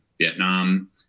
Vietnam